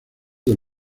del